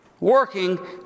working